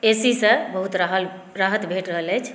ए सीसे बहुत राहत भेट रहल अछि